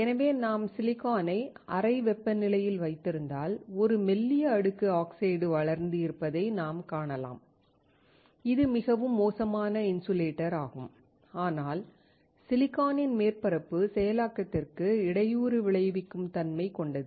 எனவே நாம் சிலிக்கானை அறை வெப்பநிலையில் வைத்திருந்தால் ஒரு மெல்லிய அடுக்கு ஆக்சைடு வளர்ந்து இருப்பதை நாம் காணலாம் இது மிகவும் மோசமான இன்சுலேட்டர் ஆகும் ஆனால் சிலிக்கானின் மேற்பரப்பு செயலாக்கத்திற்கு இடையூறு விளைவிக்கும் தன்மை கொண்டது